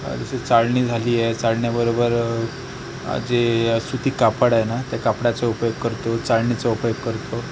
जसं चाळणी झाली आहे चाळणीबरोबर जे सुती कापड आहे ना त्या कापडाचा उपयोग करतो चाळणीचा उपयोग करतो